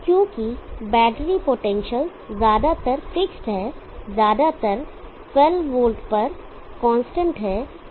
क्योंकि battery potential ज्यादातर fix है ज्यादातर 12 वोल्ट पर कांस्टेंट है